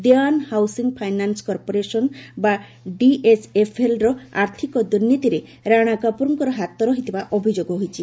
ଦେୱାନ housing finance corporation ବା ଡିଏଚ୍ଏଫ୍ଏଲ୍ର ଆର୍ଥିକ ଦୁର୍ନୀତିରେ ରାଣା କପୁରଙ୍କର ହାତ ରହିଥିବା ଅଭିଯୋଗ ହୋଇଛି